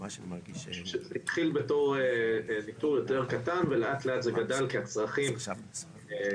זה התחיל בתור ניתור קטן יותר ולאט לאט זה גדל כי הצרכים של